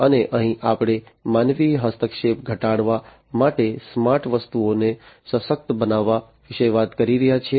અને અહીં આપણે માનવીય હસ્તક્ષેપ ઘટાડવા માટે સ્માર્ટ વસ્તુઓને સશક્ત બનાવવા વિશે વાત કરી રહ્યા છીએ